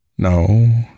No